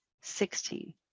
sixteen